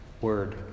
word